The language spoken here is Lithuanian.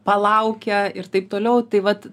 palaukę ir taip toliau taip vat